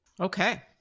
Okay